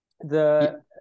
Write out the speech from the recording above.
the-